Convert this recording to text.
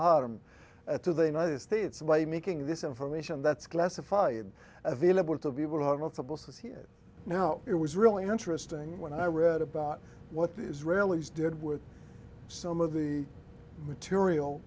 him to the united states by making this information that's classified available to people who are not supposed to see it you know it was really interesting when i read about what the israelis did with some of the